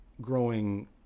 growing